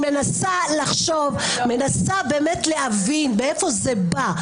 אני מנסה לחשוב, אני מנסה להבין מאיפה זה בא.